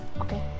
okay